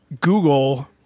Google